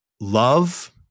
love